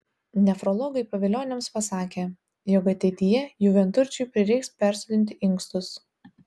nefrologai pavilioniams pasakė jog ateityje jų vienturčiui prireiks persodinti inkstus